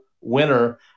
winner